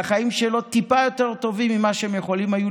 והחיים שלו טיפה יותר טובים ממה שהם יכולים היו